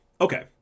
okay